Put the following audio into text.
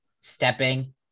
stepping